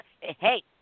hey